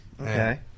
okay